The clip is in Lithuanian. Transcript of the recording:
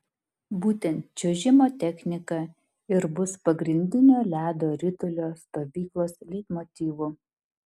būtent čiuožimo technika ir bus pagrindiniu ledo ritulio stovyklos leitmotyvu